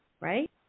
right